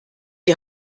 die